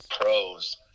pros